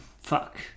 Fuck